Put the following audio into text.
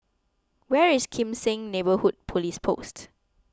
where is Kim Seng Neighbourhood Police Post